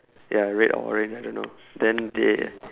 ya red or orange I don't know then they